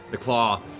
the claw,